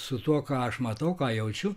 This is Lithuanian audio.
su tuo ką aš matau ką jaučiu